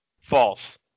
false